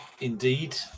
indeed